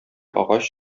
агач